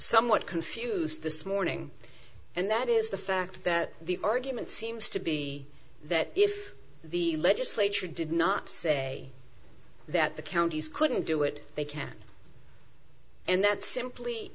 somewhat confused this morning and that is the fact that the argument seems to be that if the legislature did not say that the counties couldn't do it they can and that simply